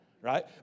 right